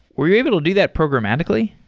were you able to do that programmatically?